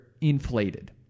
inflated